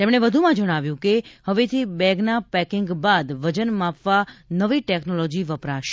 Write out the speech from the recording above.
તેમણે વધુમાં જણાવ્યું હતું કે હવેથી બેગના પેકીંગ બાદ વજન માપવા નવી ટેકનોલોજી વપરાશે